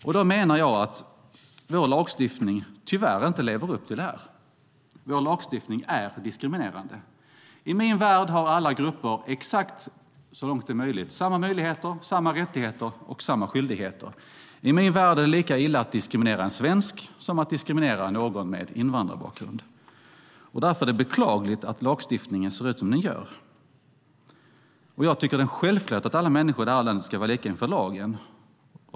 Jag menar att vår lagstiftning tyvärr inte lever upp till det. Vår lagstiftning är diskriminerande. I min värld har alla grupper, så långt det är möjligt, exakt samma möjligheter, samma rättigheter och samma skyldigheter. I min värld är det lika illa att diskriminera en svensk som att diskriminera någon med invandrarbakgrund. Därför är det beklagligt att lagstiftningen ser ut som den gör. Jag tycker att det är en självklarhet att alla människor i det här landet ska vara lika inför lagen.